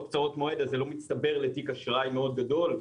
ואז זה לא מצטבר לתיק אשראי מאוד גדול.